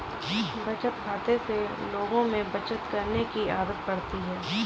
बचत खाते से लोगों में बचत करने की आदत बढ़ती है